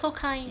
so kind